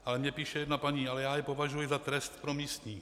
Ale mně píše jedna paní: Ale já je považuji za trest pro místní.